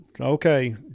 okay